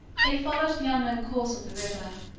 they followed the unknown course of the river,